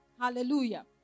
Hallelujah